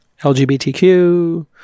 LGBTQ